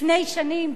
לפני שנים,